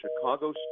Chicago